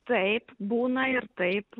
taip būna ir taip